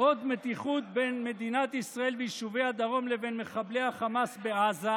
עוד מתיחות בין מדינת ישראל ויישובי הדרום לבין מחבלי החמאס בעזה,